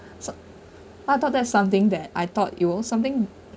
so I thought there's something that I thought it was something